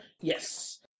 Yes